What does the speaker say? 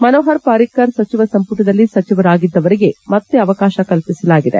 ಮನೋಹರ್ ಪರಿಕ್ಕರ್ ಸಚಿವ ಸಂಪುಟದಲ್ಲಿ ಸಚಿವರಾಗಿದ್ದವರಿಗೆ ಮತ್ತೆ ಅವಕಾಶ ಕಲ್ಪಿಸಲಾಗಿದೆ